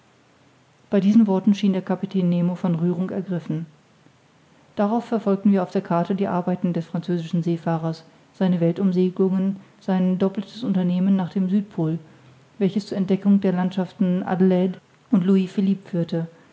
bei diesen worten schien der kapitän nemo von rührung ergriffen darauf verfolgten wir auf der karte die arbeiten des französischen seefahrers seine weltumsegelungen sein doppeltes unternehmen nach dem südpol welches zur entdeckung der landschaften adelaide und louis philipp führte